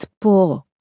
poor